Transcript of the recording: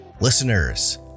Listeners